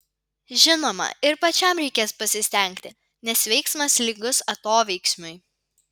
žinoma ir pačiam reikės pasistengti nes veiksmas lygus atoveiksmiui